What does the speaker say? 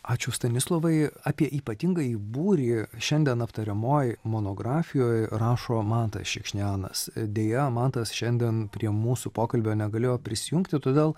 ačiū stanislovai apie ypatingąjį būrį šiandien aptariamoj monografijoj rašo mantas šikšnėnas deja mantas šiandien prie mūsų pokalbio negalėjo prisijungti todėl